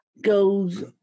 goes